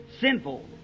sinful